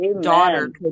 daughter